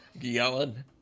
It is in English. yelling